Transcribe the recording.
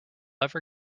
ever